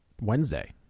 Wednesday